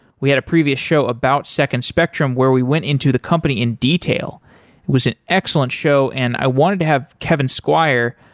we had a previous show about second spectrum, where we went into the company in detail. it was an excellent show and i wanted to have kevin squire,